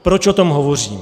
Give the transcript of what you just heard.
Proč o tom hovořím?